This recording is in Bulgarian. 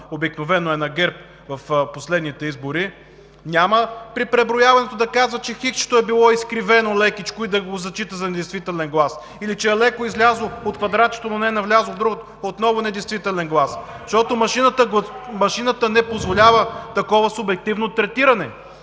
обикновено е на ГЕРБ, в последните избори при преброяването няма да казва, че хиксчето е било изкривено лекичко и да го зачита за недействителен глас; или че е леко излязло от квадратчето, но не е навлязло в друго – отново недействителен глас. (Оживление, реплики от ГЕРБ.) Машината не позволява такова субективно третиране